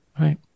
Right